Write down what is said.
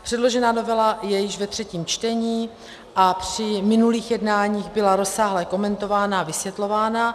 Předložená novela je již ve třetím čtení a při minulých jednáních byla rozsáhle komentována a vysvětlována.